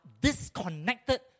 disconnected